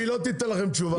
היא לא תיתן לכם תשובה.